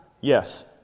yes